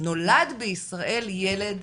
נולד בישראל ילד